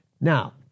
Now